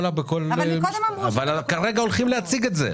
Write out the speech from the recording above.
כרגע הולכים להציג את זה.